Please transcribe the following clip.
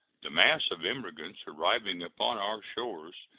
the mass of immigrants arriving upon our shores,